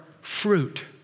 fruit